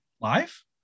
live